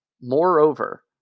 Moreover